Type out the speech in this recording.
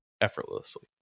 effortlessly